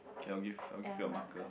okay I will give I will give you a marker